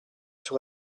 sur